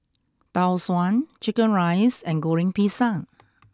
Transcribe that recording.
Tau Suan Chicken Rice and Goreng Pisang